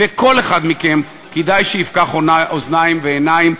וכל אחד מכם כדאי שיפקח אוזניים ועיניים,